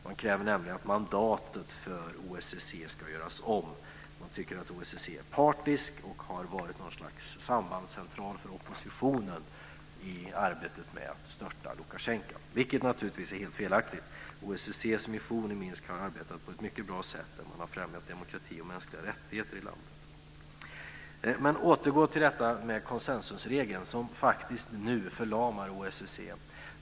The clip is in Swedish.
Man kräver nämligen att mandatet för OSSE ska göras om. Man tycker att OSSE är partiskt och har varit något slags sambandscentral för oppositionen i arbetet med att störta Lukasjenko, vilket naturligtvis är helt felaktigt. OSSE:s mission i Minsk har arbetat på ett mycket bra sätt och har främjat demokrati och mänskliga rättigheter i landet. Jag vill återgå till konsensusregeln, som faktiskt nu förlamar OSSE.